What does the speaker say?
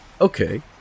okay